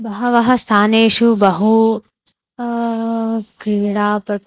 बहवः स्थानेषु बहु क्रीडापटुः